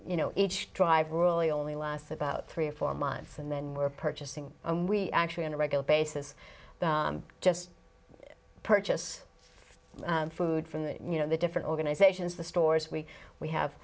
you know each drive really only lasts about three or four months and then we're purchasing and we actually on a regular basis just purchase food from the you know the different organizations the stores we we have